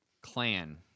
clan